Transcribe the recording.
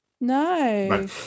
No